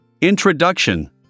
Introduction